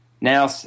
now